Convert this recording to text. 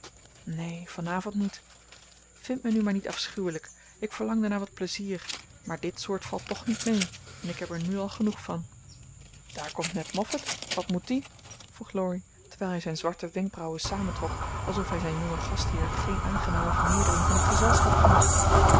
neen vanavond niet vind me nu maar niet afschuwelijk ik verlangde naar wat plezier maar dit soort valt toch niet mee en ik heb er nu al genoeg van daar komt ned moffat wat moet die vroeg laurie terwijl hij zijn zwarte wenkbrauwen samentrok alsof hij zijn jongen gastheer geen aangename vermeerdering van het gezelschap vond